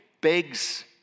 begs